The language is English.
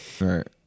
Right